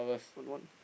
one one